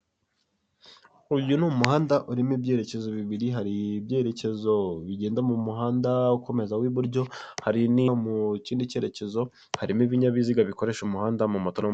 Uyu ni umuhanda uri mu byerekezo bibiri, hari ibyerekezo bigenda mu muhanda ukomeza w'iburyo, hari n'iyo mu kindi cyerekezo, harimo ibinyabiziga bikoresha umuhanda, amamoto n'ama.